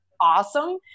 awesome